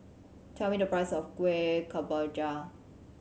tell me the price of Kuih Kemboja